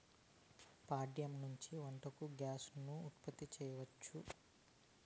ప్యాడ నుంచి వంటకు గ్యాస్ ను ఉత్పత్తి చేయచ్చు